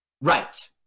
Right